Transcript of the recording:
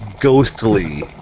ghostly